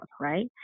right